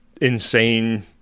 insane